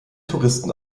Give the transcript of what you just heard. touristen